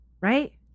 Right